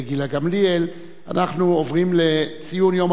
ציון יום